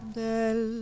del